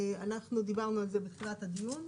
אנחנו דיברנו על זה בתחילת הדיון,